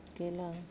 okay lah